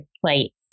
plate